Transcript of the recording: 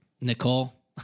Nicole